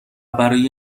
برای